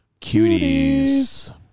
cuties